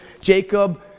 Jacob